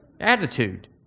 attitude